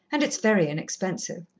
and it's very inexpensive.